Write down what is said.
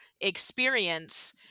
experience